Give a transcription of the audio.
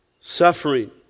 suffering